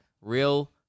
real